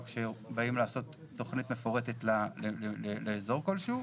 כשבאים לעשות תכנית מפורטת לאזור כלשהוא,